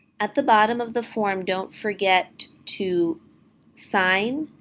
at the bottom of the form, don't forget to sign,